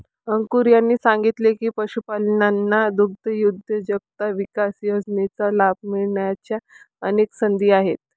अंकुर यांनी सांगितले की, पशुपालकांना दुग्धउद्योजकता विकास योजनेचा लाभ मिळण्याच्या अनेक संधी आहेत